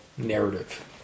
Narrative